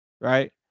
Right